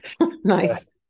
Nice